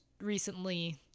recently